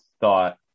thought